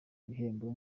ibihembo